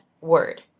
word